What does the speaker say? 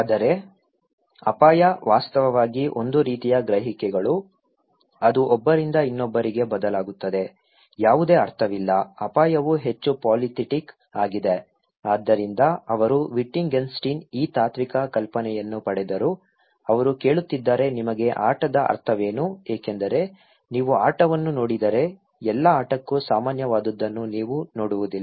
ಆದರೆ ಅಪಾಯ ವಾಸ್ತವವಾಗಿ ಒಂದು ರೀತಿಯ ಗ್ರಹಿಕೆಗಳು ಅದು ಒಬ್ಬರಿಂದ ಇನ್ನೊಬ್ಬರಿಗೆ ಬದಲಾಗುತ್ತದೆ ಯಾವುದೇ ಅರ್ಥವಿಲ್ಲ ಅಪಾಯವು ಹೆಚ್ಚು ಪಾಲಿಥೆಟಿಕ್ ಆಗಿದೆ ಆದ್ದರಿಂದ ಅವರು ವಿಟ್ಜೆನ್ಸ್ಟೈನ್ನಿಂದ ಈ ತಾತ್ವಿಕ ಕಲ್ಪನೆಯನ್ನು ಪಡೆದರು ಅವರು ಕೇಳುತ್ತಿದ್ದಾರೆ ನಿಮಗೆ ಆಟದ ಅರ್ಥವೇನು ಏಕೆಂದರೆ ನೀವು ಆಟವನ್ನು ನೋಡಿದರೆ ಎಲ್ಲಾ ಆಟಕ್ಕೂ ಸಾಮಾನ್ಯವಾದದ್ದನ್ನು ನೀವು ನೋಡುವುದಿಲ್ಲ